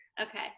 Okay